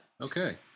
Okay